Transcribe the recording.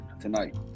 tonight